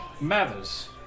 Mathers